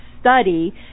study